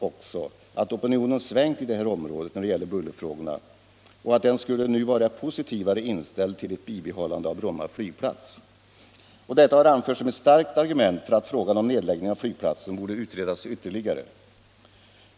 också sagts att opinionen svängt i detta område när det gäller bullerfrågorna och att den nu skulle vara positivare inställd till ett bibehållande av Bromma flygplats. Detta har anförts som ett starkt argument för att frågan om nedläggningen av flygplatsen borde utredas ytterligare.